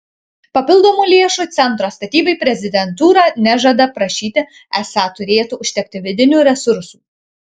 papildomų lėšų centro statybai prezidentūra nežada prašyti esą turėtų užtekti vidinių resursų